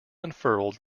unfurled